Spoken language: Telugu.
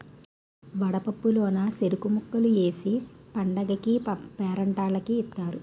వడపప్పు లోన సెరుకు ముక్కలు ఏసి పండగకీ పేరంటాల్లకి ఇత్తారు